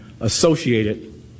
associated